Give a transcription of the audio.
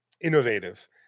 innovative